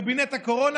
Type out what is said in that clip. קבינט הקורונה,